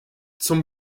zum